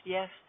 Yes